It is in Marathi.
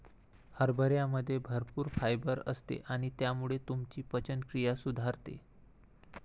हरभऱ्यामध्ये भरपूर फायबर असते आणि त्यामुळे तुमची पचनक्रिया सुधारते